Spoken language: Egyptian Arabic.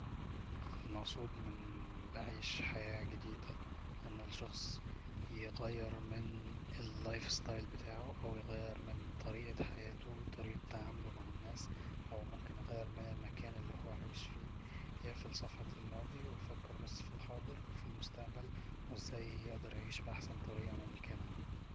المقصود من يعيش حياة جديدة أن الشخص يغير من اللايف ستايل بتاعه أو يغير من طريقة حياته طريقة تعامله مع الناس او ممكن يغير من المكان اللي هو عايش فيه يقفل صفحة الماضي ويفكر بس في الحاضر وفي المستقبل وازاي يقدر اعيش بأحسن طريقة ممكنة